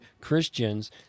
Christians